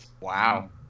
wow